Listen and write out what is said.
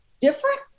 different